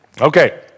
Okay